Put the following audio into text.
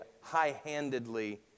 high-handedly